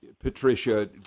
Patricia